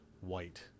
white